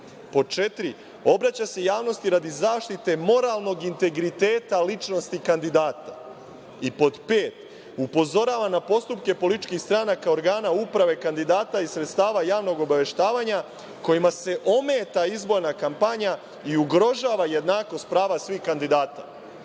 pod četiri, obraća se javnosti radi zaštite moralnog integriteta ličnosti kandidata, i pod pet, upozorava na postupke političkih stranaka, organa uprave, kandidata i sredstava javnog obaveštavanja kojima se ometa izborna kampanja i ugrožava jednakost prava svih kandidata. Verovali